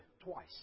twice